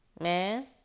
Man